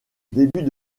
début